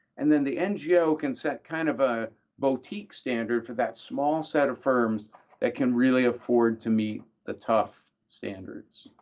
and then the ngo can set kind of a boutique standard for that small set of firms that can really afford to meet the tough standards,